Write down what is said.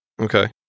Okay